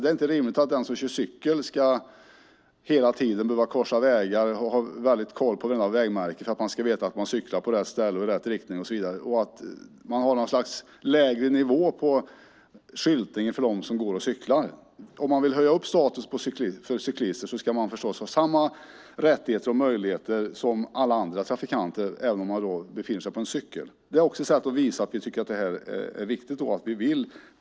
Det är inte rimligt att den som cyklar ska behöva korsa vägar och försöka ha koll på vägmärken för att veta om man cyklar på rätt ställe och i rätt riktning. Man kan inte ha lägre nivå på skyltningen för dem som går och cyklar. Vill man höja cyklisternas status måste de ha samma rättigheter och möjligheter som andra trafikanter. Att vi vill prioritera och möjliggöra för cyklister är också ett sätt att visa att vi tycker att det här är viktigt.